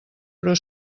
però